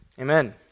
Amen